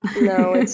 No